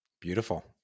Beautiful